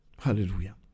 Hallelujah